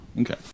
Okay